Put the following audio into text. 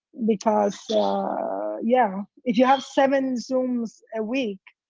because yeah, if you have seven zooms a week,